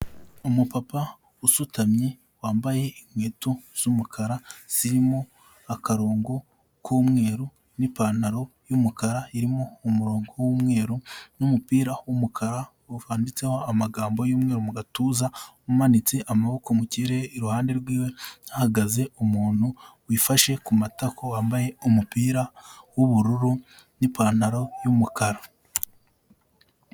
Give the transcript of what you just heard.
Umupapa usutamye wambaye inkweto z'umukara zirimo akarongo k'umweru n'ipantaro y'umukara irimo umurongo w'umweru n'umupira w'umukara wapfuditseho amagambo y'umweru mu gatuza umanitse amaboko mu kirere iruhande rwiwe hahagaze umuntu wifashe ku matako wambaye umupira w'ubururu n'ipantaro y'umukara.